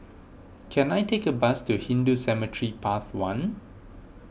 can I take a bus to Hindu Cemetery Path one